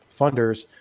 funders